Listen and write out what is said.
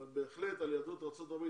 אבל בהחלט על יהדות ארצות הברית,